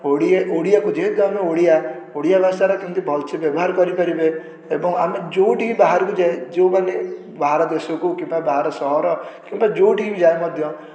ଓଡ଼ିଆ ଓଡ଼ିଆ ଯେହେତୁ ଆମେ ଓଡ଼ିଆ ଓଡ଼ିଆ ଭାଷାର କେମିତି ଭଲ ସେ ବ୍ୟବହାର କରିପାରିବେ ଏବଂ ଆମେ ଯେଉଁଠିକି ବାହାରକୁ ଯାଏ ଯେଉଁମାନେ ବାହାର ଦେଶକୁ କିମ୍ବା ବାହାର ସହର କିମ୍ବା ଯେଉଁଠିକି ଯାଏ ମଧ୍ୟ